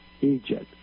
Egypt